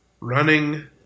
Running